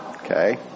Okay